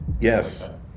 Yes